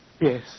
Yes